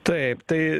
taip tai